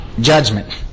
judgment